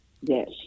Yes